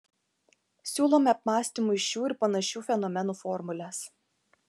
siūlome apmąstymui šių ir panašių fenomenų formules